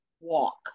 walk